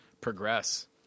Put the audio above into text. progress